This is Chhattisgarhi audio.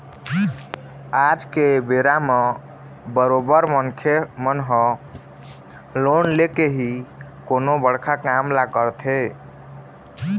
आज के बेरा म बरोबर मनखे मन ह लोन लेके ही कोनो बड़का काम ल करथे